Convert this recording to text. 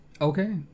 Okay